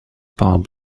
pub